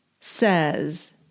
says